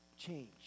change